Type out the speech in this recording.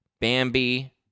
Bambi